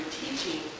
teaching